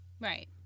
Right